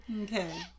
Okay